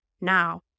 now